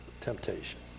temptation